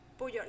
Puyol